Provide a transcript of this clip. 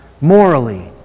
morally